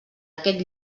aquest